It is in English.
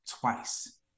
twice